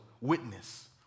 witness